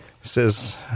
says